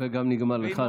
גם נגמר לך הזמן.